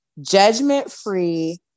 judgment-free